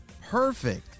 Perfect